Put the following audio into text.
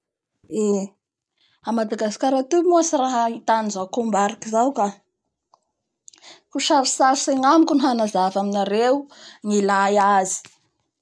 Eeee a Madagascar atoy moa tsy raha ahita an'izao combariky zao ka, ka hosarotsaritsy agnamiko ny hanzava anareo ny ilay azy